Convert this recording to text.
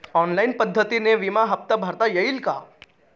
Online पद्धतीने विमा हफ्ता भरता येईल का?